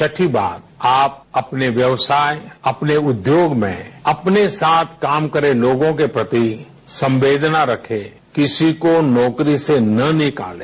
छठी बात आप अपने व्यवसाय अपने उद्योग में अपने साथ काम कर रहे लोगों के प्रति संवेदना रखें किसी को नौकरी से न निकालें